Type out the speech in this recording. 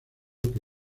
que